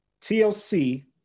TLC